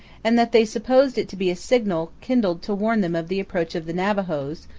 and that they supposed it to be a signal kindled to warn them of the approach of the navajos,